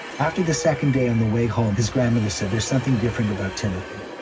after the second day on the way home his grandmother said, there's something different about timothy.